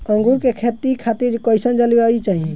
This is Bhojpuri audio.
अंगूर के खेती खातिर कइसन जलवायु चाही?